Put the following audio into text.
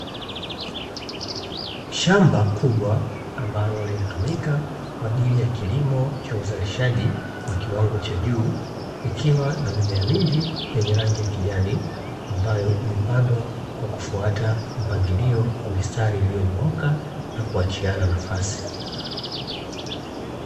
Shamba kubwa ambalo limetumika kwa ajili ya kilimo cha uzalishaji wa kiwango cha juu, ikiwa na mimea mingi yenye rangi ya kijani, ambayo imepandwa kwa kufuata mpangilio wa mistari iliyo nyooka na kuachiana nafasi.